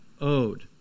owed